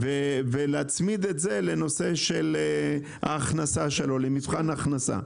וכו', ולהצמיד את זה להכנסה שלו, מבחן הכנסה.